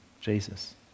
Jesus